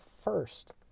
First